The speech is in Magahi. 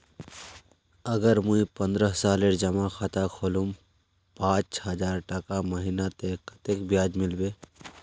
अगर मुई पन्द्रोह सालेर जमा खाता खोलूम पाँच हजारटका महीना ते कतेक ब्याज मिलबे?